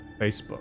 Facebook